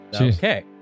Okay